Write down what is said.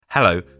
Hello